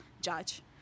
judge